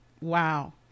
wow